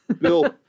Bill